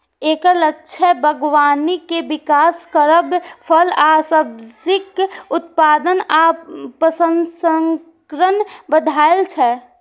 एकर लक्ष्य बागबानी के विकास करब, फल आ सब्जीक उत्पादन आ प्रसंस्करण बढ़ायब छै